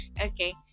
Okay